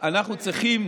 אנחנו צריכים